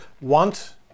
want